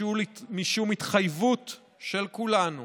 ומשום התחייבות של כולנו